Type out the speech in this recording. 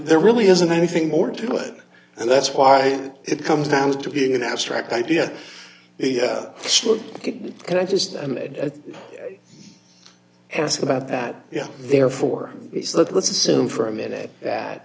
there really isn't anything more to it and that's why it comes down to being an abstract idea and i just ask about that yeah therefore it's let's assume for a minute that